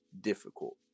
difficult